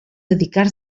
dedicar